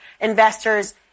investors